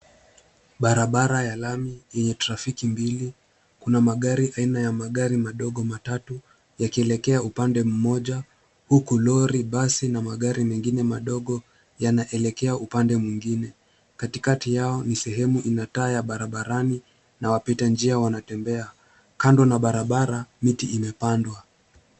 Barabara ya lami yenye trafiki mbili. Kunamagari, aina ya magari madogo matatu yakielekea upande mmoja ,huku lori, basi na magari mengine madogo yanaelekea upande mwingine. Katikati yao ni sehemu ina taa ya barabarani na wapita njia wanatembea. Kando na barabara, miti imepandwa.